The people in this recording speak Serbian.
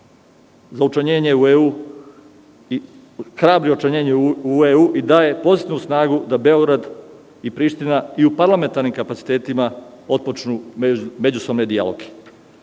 za učlanjenje u EU hrabri učlanjenje u EU i daje posebnu snagu da Beograd i Priština i u parlamentarnim kapacitetima otpočnu međusobne dijaloge.